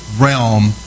realm